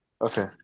Okay